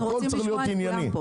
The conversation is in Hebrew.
הכול צריך להיות ענייני.